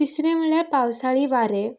तिसरें म्हळ्यार पांवसाळी वारें